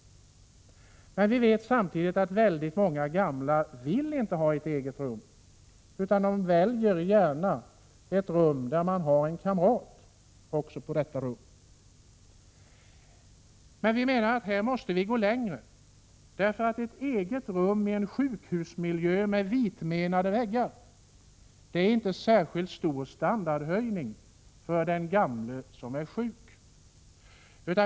Men vi vet samtidigt att många gamla inte vill ha ett eget rum — de delar gärna ett rum med en kamrat. Vi menar att vi här måste gå längre. Ett eget rum i en sjukhusmiljö med vitmenade väggar är inte särskilt stor standardhöjning för den gamle som är sjuk.